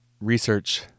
research